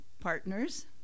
partners